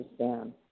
understand